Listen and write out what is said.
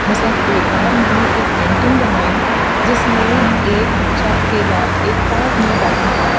مثلاً ایک بار میں نے ایک پینٹنگ بنائی جس میں ایک بچہ اکیلا ایک پارک میں بیٹھا ہے